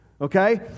Okay